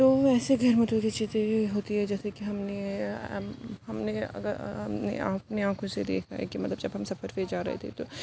تو ایسے جو جو چیزیں ہوتی ہے جیسے کہ ہم نے ہم نے اگر اپنے آنکھوں سے دیکھا ہے کہ مطلب جب ہم سفر پہ جا رہے ہوتے ہیں تو